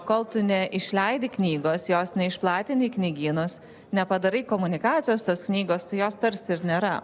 kol tu neišleidi knygos jos neišplatini knygynus nepadarai komunikacijos tos knygos jos tarsi ir nėra